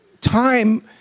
time